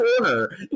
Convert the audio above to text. corner